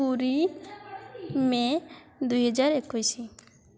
ମେ ଦୁଇହଜାର ଏକୋଇଶି